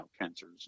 cancers